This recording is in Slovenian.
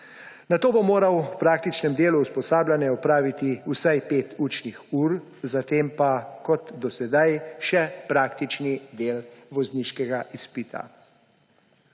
Nato bo moral v praktičnem delu usposabljanja opraviti vsaj pet učnih ur, za tem pa kot do sedaj še praktični del vozniškega izpita.